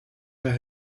zijn